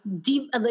deep